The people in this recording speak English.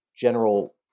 general